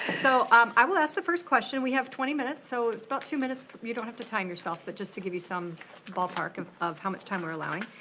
so um i will ask the first question. we have twenty minutes, so it's about two minutes, you don't have to time yourself, but just to give you some ball park of of how much time we're allowing.